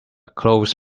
clothes